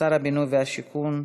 שר הבינוי והשיכון,